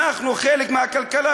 אנחנו חלק מהכלכלה,